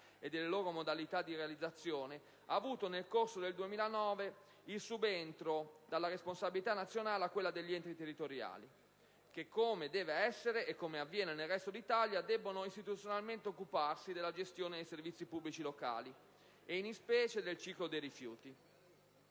e delle loro modalità di realizzazione, ha avuto nel corso del 2009 il subentro dalla responsabilità nazionale a quella degli enti territoriali: enti che, come deve essere e come avviene nel resto d'Italia, debbono istituzionalmente occuparsi della gestione dei servizi pubblici locali e, in specie, del ciclo dei rifiuti.